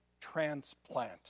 transplant